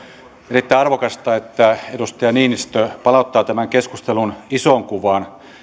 erittäin arvokasta että edustaja niinistö palauttaa tämän keskustelun isoon kuvaan